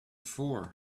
for